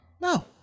No